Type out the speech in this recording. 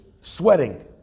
sweating